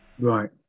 Right